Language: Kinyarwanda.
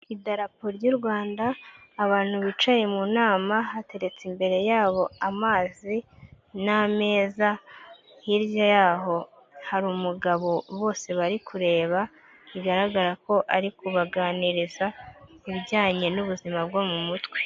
Idarapo ry'u Rwanda, abantu bicaye mu nama hateretse imbere yabo amazi n'ameza, hirya yabo, hari umugabo bose bari kureba, bigaragara ko ari kubaganiriza ku bijyanye n'ubuzima bwo mu mutwe.